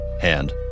hand